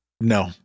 No